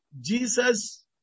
Jesus